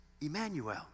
Emmanuel